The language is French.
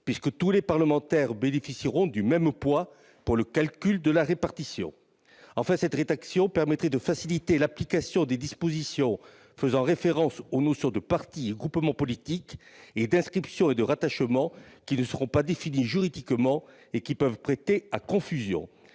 puisque tous les parlementaires bénéficieront du même poids dans le calcul de la répartition. Enfin, l'adoption de cette rédaction permettrait de faciliter l'application des dispositions faisant référence aux notions de « partis et groupement politiques » et « d'inscription et de rattachement », qui ne sont pas définies juridiquement et peuvent prêter à confusion.